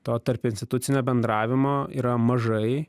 to tarpinstitucinio bendravimo yra mažai